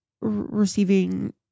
receiving